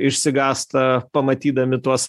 išsigąsta pamatydami tuos